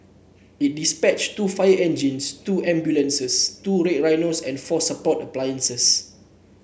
it dispatched two fire engines two ambulances two Red Rhinos and four support appliances